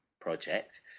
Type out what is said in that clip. project